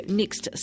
next